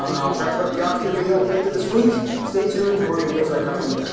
um i'll try to put up the austria video at the end of this week. stay tuned, more videos are coming.